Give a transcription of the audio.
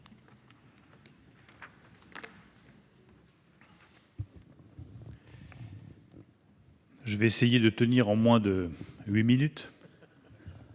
Je vais essayer de tenir en moins de huit minutes,